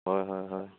হয় হয় হয়